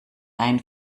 ein